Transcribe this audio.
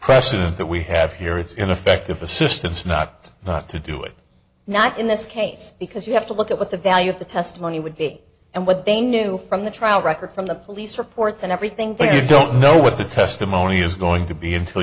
precedent that we have here it's ineffective assistance not not to do it not in this case because you have to look at what the value of the testimony would be and what they knew from the trial record from the police reports and everything but you don't know what the testimony is going to be until